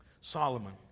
Solomon